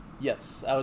Yes